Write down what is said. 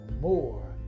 more